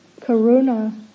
karuna